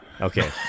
Okay